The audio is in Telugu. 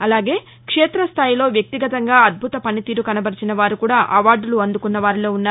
అలాగే క్షతస్థాయిలో వ్యక్తిగతంగా అద్బుత పనితీరు కనబరచిన వారు కూడ అవార్డులు అందుకున్నవారిలో ఉన్నారు